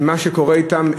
עם מה שקורה אתם,